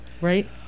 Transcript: right